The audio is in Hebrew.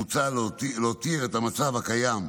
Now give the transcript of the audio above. מוצע להותיר את המצב הקיים,